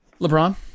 LeBron